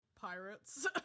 pirates